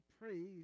praise